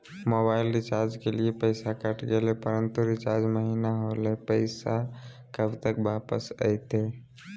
Mobile recharge के लिए पैसा कट गेलैय परंतु रिचार्ज महिना होलैय, पैसा कब तक वापस आयते?